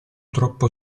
troppo